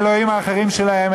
האלוהים האחרים שלהם,